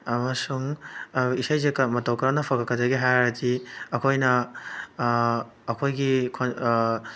ꯑꯃꯁꯨꯡ ꯏꯁꯩꯁꯦ ꯃꯇꯧ ꯀꯔꯝꯅ ꯐꯒꯠꯀꯗꯒꯦ ꯍꯥꯏꯔꯗꯤ ꯑꯩꯈꯣꯏꯅ ꯑꯩꯈꯣꯏꯒꯤ